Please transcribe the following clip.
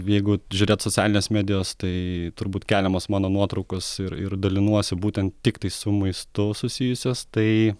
jeigu žiūrėt socialines medijos tai turbūt keliamos mano nuotraukos ir ir dalinuosi būtent tiktai su maistu susijusias tai